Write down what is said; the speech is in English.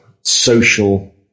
social